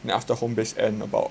then after home based end about